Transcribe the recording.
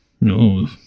No